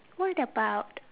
what about